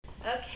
Okay